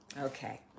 Okay